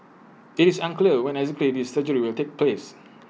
IT is unclear when exactly this surgery will take place